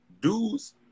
dudes